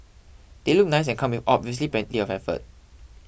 they look nice and come with obviously plenty of effort